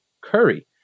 Curry